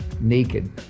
naked